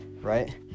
right